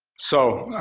so,